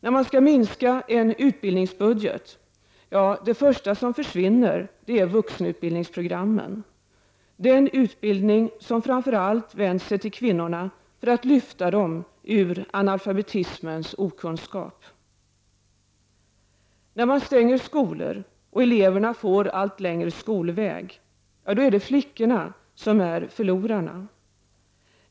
När man skall minska en utbildningsbudget, då är det första som försvinner vuxenutbildningsprogrammen — den utbildning som framför allt vänt sig till kvinnorna för att lyfta dem ur analfabetismens okunskap. När man stänger skolor och eleverna får allt längre skolväg, då är det flickorna som är förlorarna.